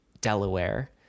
Delaware